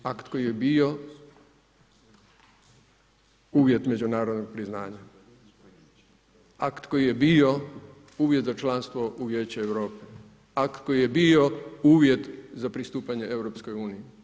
Akt koji je bio uvjet međunarodnog priznanja, akt koji je bio uvjet za članstvo u Vijeće Europe, akt koji je bio uvjet za pristupanje EU.